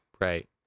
Right